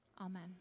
Amen